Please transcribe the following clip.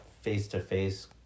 face-to-face